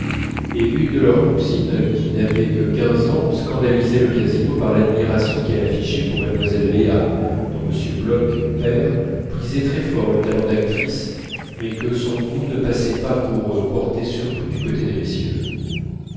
et une de leurs cousines qui n'avait que quinze ans scandalisait le casino par l'admiration qu'elle affichait pour mlle léa dont m bloch père prisait très fort le talent d'actrice mais que son goût ne passait pas pour porter surtout du côté des messieurs